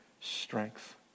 strength